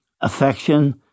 affection